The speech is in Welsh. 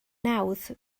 nawdd